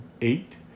eight